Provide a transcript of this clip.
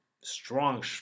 strong